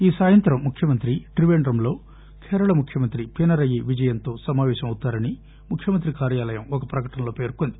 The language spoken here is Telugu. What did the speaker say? ఈ సాయంత్రం ముఖ్యమంత్రి త్రిపేండ్రంలో కేరళ ముఖ్యమంత్రి పినరయి విజయన్ తో సమాపేశమవుతారని ముఖ్యమంత్రి కార్యాలయం ఒక ప్రకటనలో పేర్కొంది